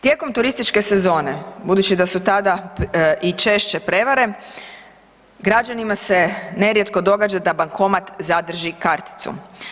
Tijekom turističke sezone, budući da su tada i češće prevare, građanima se nerijetko događa da bankomat zadrži karticu.